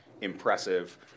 impressive